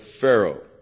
Pharaoh